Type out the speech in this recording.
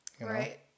Right